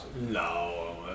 No